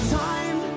time